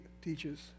teaches